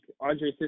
Andre